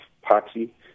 Party